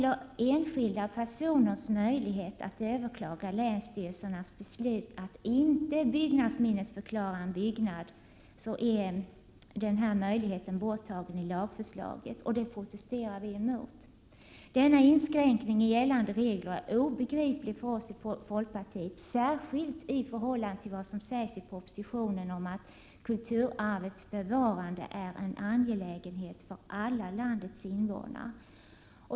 Enskilda personers möjlighet att överklaga länsstyrelsernas beslut att inte byggnadsminnesförklara en byggnad är borttagen i lagförslaget. Det protesterar vi emot. Denna inskränkning i gällande regler är obegriplig för oss i folkpartiet, särskilt i förhållande till vad som sägs i propositionen om att kulturarvets bevarande är en angelägenhet för alla landets invånare.